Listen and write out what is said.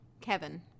Kevin